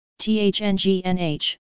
THNGNH